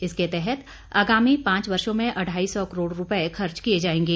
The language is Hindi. इसके तहत आगामी पांच वर्षों में अढ़ाई सौ करोड़ रूपये खर्च किए जाएंगे